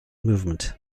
movement